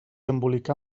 embolicar